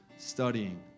studying